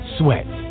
sweat